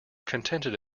contented